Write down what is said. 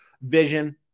Vision